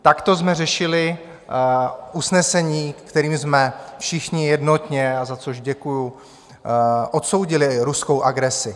Takto jsme řešili usnesení, kterým všichni jednotně, za což děkuji, odsoudili ruskou agresi.